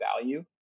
value